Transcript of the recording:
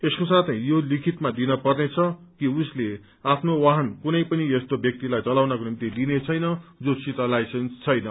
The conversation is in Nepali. यसको साथै यो लिखितमा दिन पर्नेछ कि उसले आफ्नो वाहन कुनै पनि यस्तो व्यक्तिलाई चलाउनको निम्ति दिने छैन जोसित लाइसेन्स छैन